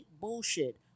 bullshit